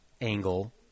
angle